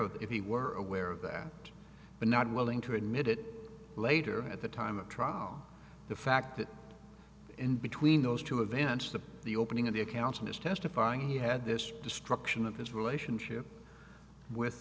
it if he were aware of that but not willing to admit it later at the time of trial the fact that in between those two events the the opening of the account and his testifying he had this destruction of his relationship with